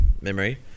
memory